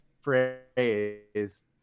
phrase